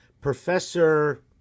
Professor